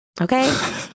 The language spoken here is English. Okay